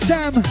Sam